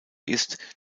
ist